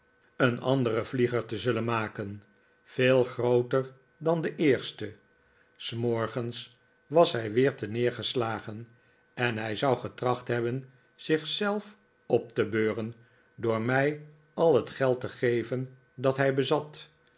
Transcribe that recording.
een anderen vlieger te zullen maken veel grooter dan de eerste s morgens was hij weer terneergeslagen en hij zou getracht hebben zich zelf op te beuren door mij al het geld te geven dat hij bezat